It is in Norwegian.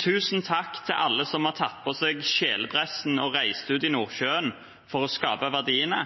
tusen takk til alle som har tatt på seg kjeledressen og reist ut i Nordsjøen for å skape verdiene,